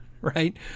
right